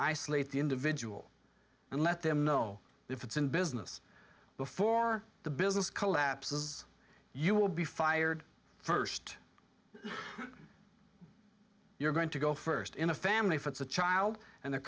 isolate the individual and let them know if it's in business before the business collapses you will be fired first you're going to go first in the family for the child and the